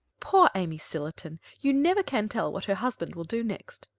poor amy sillerton you never can tell what her husband will do next,